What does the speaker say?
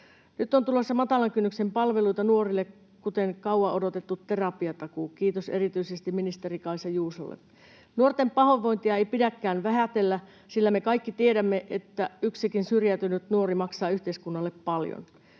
Nyt on tulossa matalan kynnyksen palveluita nuorille, kuten kauan odotettu terapiatakuu, kiitos erityisesti ministeri Kaisa Juusolle. Nuorten pahoinvointia ei pidäkään vähätellä, sillä me kaikki tiedämme, että yksikin syrjäytynyt nuori maksaa yhteiskunnalle paljon.